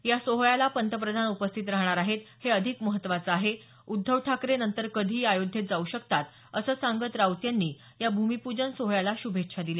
या सोहळ्याला पंतप्रधान उपस्थित राहणार आहेत हे अधिक महत्त्वाचं आहे उद्धव ठाकरे नंतर कधीही अयोध्येत जाऊ शकतात असं सांगत राऊत यांनी या भूमिपूजन सोहळ्याला शुभेच्छा दिल्या